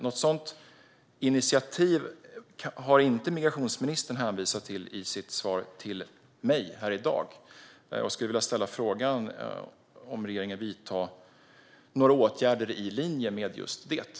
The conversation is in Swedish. Något sådant initiativ har inte migrationsministern hänvisat till i sitt svar till mig i dag. Vidtar regeringen några åtgärder i linje med detta?